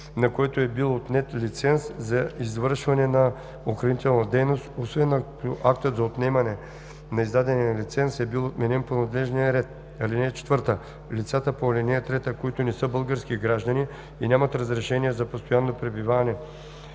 на което е бил отнет лиценз за извършване на частна охранителна дейност, освен ако актът за отнемане на издадения лиценз е бил отменен по надлежния ред. (4) Лицата по ал. 3, които не са български граждани и нямат разрешение за постоянно пребиваване